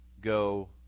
go